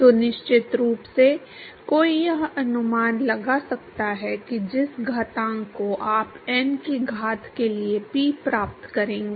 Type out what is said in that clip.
तो निश्चित रूप से कोई यह अनुमान लगा सकता है कि जिस घातांक को आप n की घात के लिए P प्राप्त करेंगे